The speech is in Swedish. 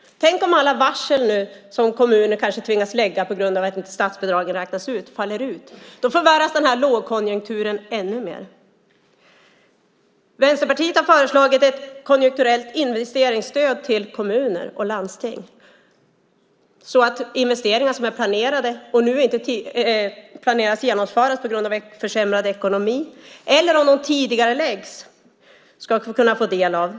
Tänk om alla varsel som kommuner nu kanske tvingas lägga på grund av att statsbidragen inte höjs faller ut! Då förvärras den här lågkonjunkturen ännu mer. Vänsterpartiet har föreslagit ett konjunkturellt investeringsstöd till kommuner och landsting för att de ska kunna göra investeringar som är planerade men inte kan genomföras på grund av en försämrad ekonomi, eller få del av om de tidigareläggs.